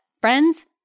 Friends